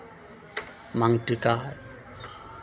माँगटीका